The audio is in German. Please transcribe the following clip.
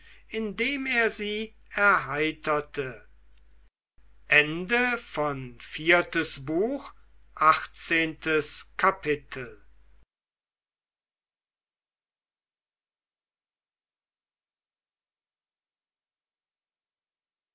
indem er sie erheiterte neunzehntes kapitel